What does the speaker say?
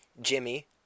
Jimmy